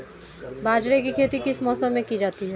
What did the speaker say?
बाजरे की खेती किस मौसम में की जाती है?